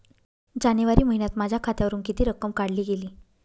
जानेवारी महिन्यात माझ्या खात्यावरुन किती रक्कम काढली गेली?